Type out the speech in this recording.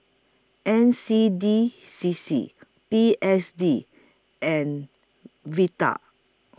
N C D C C P S D and Vital